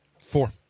Four